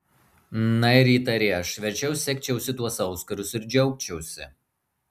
na ir įtari aš verčiau segčiausi tuos auskarus ir džiaugčiausi